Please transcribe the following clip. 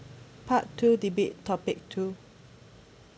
part two debate topic two